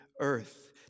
earth